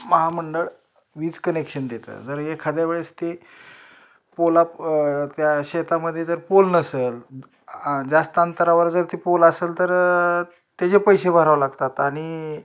महामंडळ वीज कनेक्शन देतं जर एखाद्या वेळेस ते पोला त्या शेतामध्ये जर पोल नसेल जास्त अंतरावर जर ते पोल असेल तर त्याचे पैसे भरावे लागतात आणि